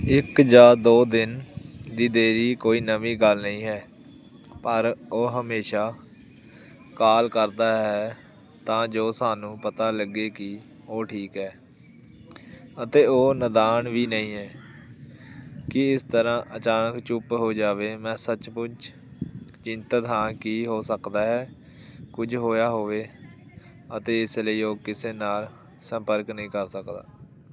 ਇੱਕ ਜਾਂ ਦੋ ਦਿਨ ਦੀ ਦੇਰੀ ਕੋਈ ਨਵੀਂ ਗੱਲ ਨਹੀਂ ਹੈ ਪਰ ਉਹ ਹਮੇਸ਼ਾ ਕਾਲ ਕਰਦਾ ਹੈ ਤਾਂ ਜੋ ਸਾਨੂੰ ਪਤਾ ਲੱਗੇ ਕਿ ਉਹ ਠੀਕ ਹੈ ਅਤੇ ਉਹ ਨਾਦਾਨ ਵੀ ਨਹੀਂ ਹੈ ਕਿ ਇਸ ਤਰ੍ਹਾਂ ਅਚਾਨਕ ਚੁੱਪ ਹੋ ਜਾਵੇ ਮੈਂ ਸੱਚਮੁੱਚ ਚਿੰਤਤ ਹਾਂ ਕਿ ਹੋ ਸਕਦਾ ਹੈ ਕੁਝ ਹੋਇਆ ਹੋਵੇ ਅਤੇ ਇਸ ਲਈ ਉਹ ਕਿਸੇ ਨਾਲ ਸੰਪਰਕ ਨਹੀਂ ਕਰ ਸਕਦਾ